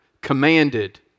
commanded